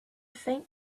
faint